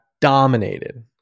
dominated